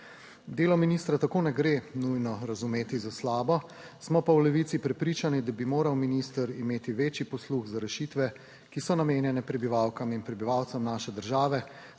Delo ministra tako ne gre nujno razumeti za slabo, smo pa v Levici prepričani, da bi moral minister imeti večji posluh za rešitve, ki so namenjene prebivalkam in prebivalcem naše države,